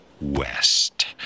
West